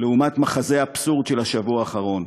לעומת מחזה האבסורד של השבוע האחרון: